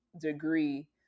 degree